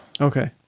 Okay